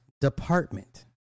Department